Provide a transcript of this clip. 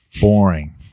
Boring